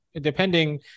depending